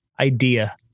idea